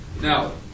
Now